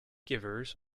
givers